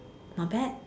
not bad